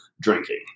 drinking